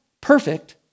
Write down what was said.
perfect